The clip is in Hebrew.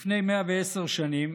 לפני 110 שנים